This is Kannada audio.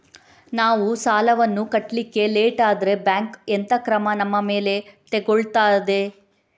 ನಾವು ಸಾಲ ವನ್ನು ಕಟ್ಲಿಕ್ಕೆ ಲೇಟ್ ಆದ್ರೆ ಬ್ಯಾಂಕ್ ಎಂತ ಕ್ರಮ ನಮ್ಮ ಮೇಲೆ ತೆಗೊಳ್ತಾದೆ?